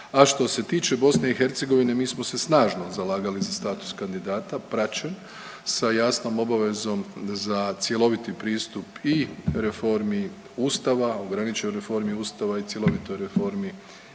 A što se tiče Bosne i Hercegovine mi smo se snažno zalagali za status kandidata praćen sa jasnom obavezom za cjeloviti pristup i reformi Ustava, ograničenoj reformi Ustava i cjelovitoj reformi